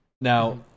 now